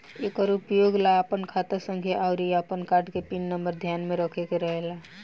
एकर उपयोग ला आपन खाता संख्या आउर आपन कार्ड के पिन नम्बर ध्यान में रखे के रहेला